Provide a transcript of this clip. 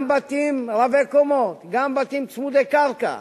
גם בתים רבי-קומות, גם בתים צמודי קרקע,